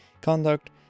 conduct